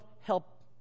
help